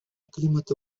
климата